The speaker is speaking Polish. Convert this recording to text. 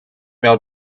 miał